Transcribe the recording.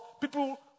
people